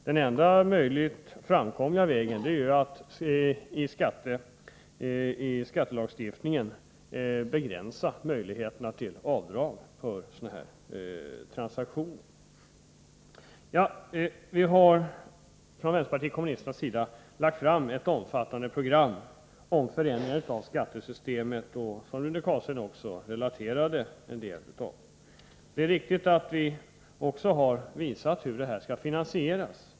Den enda möjliga vägen att komma fram är att i skattelagstiftningen begränsa möjligheterna till avdrag för sådana här transaktioner. Vi har från vänsterpartiet kommunisternas sida lagt fram ett omfattande program om förändringar av skattesystemet, vilket också Rune Carlstein delvis relaterade. Det är riktigt att vi också har visat hur detta skall finansieras.